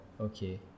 Okay